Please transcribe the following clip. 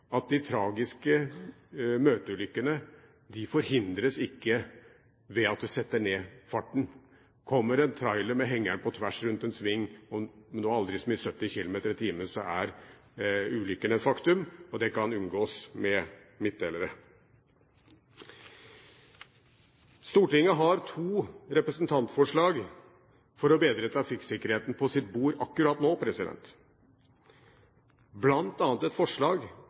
at de tragiske møteulykkene ikke forhindres ved at en setter ned farten. Kommer det en trailer med hengeren på tvers rundt en sving, så er ulykken et faktum, om du kjører aldri så mye i 70 km/t. Og dette kan unngås med midtdelere. Stortinget har to representantforslag for bedre trafikksikkerhet på sitt bord akkurat nå. Det er bl.a. et forslag